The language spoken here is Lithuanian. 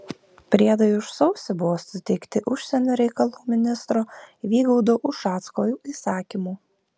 priedai už sausį buvo suteikti užsienio reikalų ministro vygaudo ušacko įsakymu